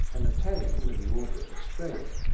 an italian with the order of australia,